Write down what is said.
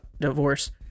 divorce